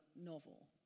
novel